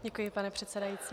Děkuji, pane předsedající.